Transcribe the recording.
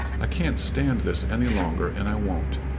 i can't stand this any longer and i won't.